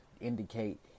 indicate